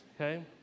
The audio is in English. okay